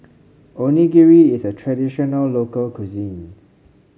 onigiri is a traditional local cuisine